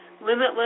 limitless